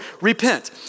repent